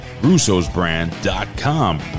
Russo'sBrand.com